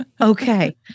okay